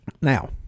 Now